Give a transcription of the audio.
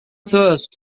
thirst